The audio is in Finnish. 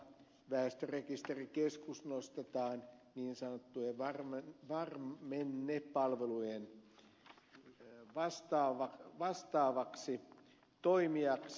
väestörekisterikeskus nostetaan niin sanottujen varmennepalvelujen vastaavaksi toimijaksi